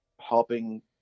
helping